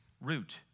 root